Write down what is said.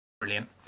brilliant